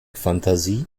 fantasie